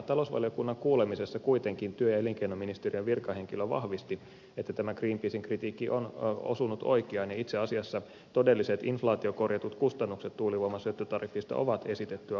talousvaliokunnan kuulemisessa kuitenkin työ ja elinkeinoministeriön virkahenkilö vahvisti että tämä greenpeacen kritiikki on osunut oikeaan ja itse asiassa todelliset inflaatiokorjatut kustannukset tuulivoiman syöttötariffista ovat esitettyä alhaisemmat